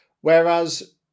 whereas